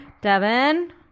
Devin